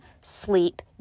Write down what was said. Sleep